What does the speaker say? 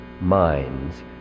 minds